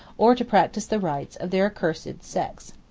or to practise the rites, of their accursed sects.